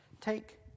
Take